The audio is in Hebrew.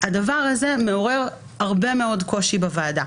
הדבר הזה מעורר הרבה מאוד קושי בוועדה.